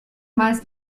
meist